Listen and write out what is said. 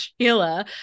Sheila